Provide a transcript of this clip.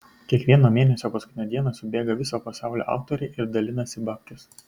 kiekvieno mėnesio paskutinę dieną subėga viso pasaulio autoriai ir dalinasi babkes